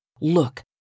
Look